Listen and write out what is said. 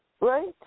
Right